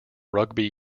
rugby